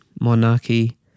monarchy